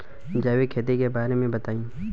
जैविक खेती के बारे में बताइ